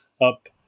up